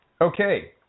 Okay